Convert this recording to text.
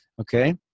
okay